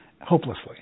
hopelessly